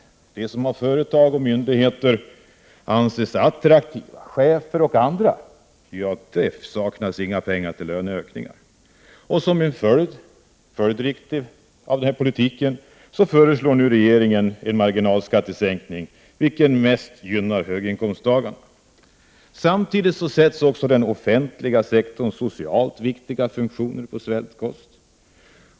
För dem som av företag och myndigheter anses attraktiva — chefer och andra — saknas det inte några pengar till löneökningar. Som en följd av denna politik föreslår regeringen en marginalskattesänkning, vilken mest gynnar höginkomsttagarna. Samtidigt sätts den offentliga sektorns socialt viktiga funktioner på svältkost.